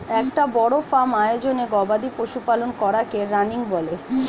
একটা বড় ফার্ম আয়োজনে গবাদি পশু পালন করাকে রানিং বলে